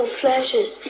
flashes